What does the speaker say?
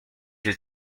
the